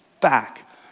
back